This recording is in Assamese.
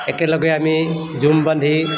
একেলগে আমি জুম বান্ধি